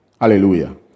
Hallelujah